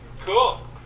Cool